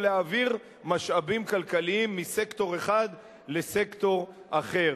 להעביר משאבים כלכליים מסקטור אחד לסקטור אחר.